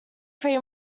three